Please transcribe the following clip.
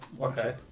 okay